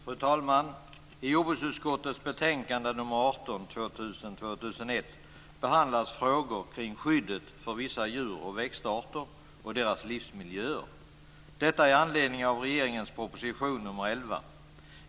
Fru talman! I miljö och jordbruksutskottets betänkande 2000/01:MJU18 behandlas frågor om skyddet för vissa djur och växtarter och deras livsmiljöer, detta med anledning av regeringens proposition nr 111.